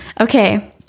Okay